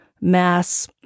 mass